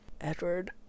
Edward